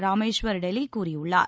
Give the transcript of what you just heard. ராமேஸ்வர் டெலி கூறியுள்ளார்